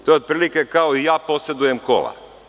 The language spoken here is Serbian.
To je otprilike kao – i ja posedujem kola.